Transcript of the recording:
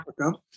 Africa